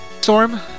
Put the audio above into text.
Storm